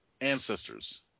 ancestors